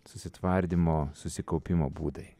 susitvardymo susikaupimo būdai